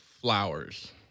Flowers